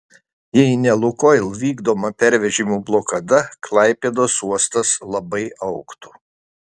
jei ne lukoil vykdoma pervežimų blokada klaipėdos uostas labai augtų